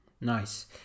nice